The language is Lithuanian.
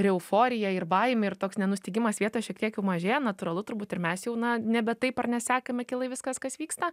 ir euforija ir baimė ir toks nenustygimas vietoje šiek tiek jau mažėja natūralu turbūt ir mes jau na nebe taip ar ne sekame akylai viskas kas vyksta